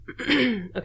okay